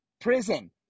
prison